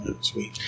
sweet